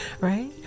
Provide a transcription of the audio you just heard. right